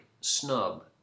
snub